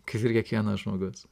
kaip ir kiekvienas žmogus